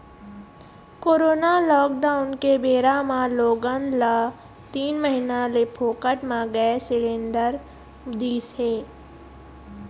corona lockdown के बेरा म लोगन ल तीन महीना ले फोकट म गैंस सिलेंडर दिस हे